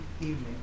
evening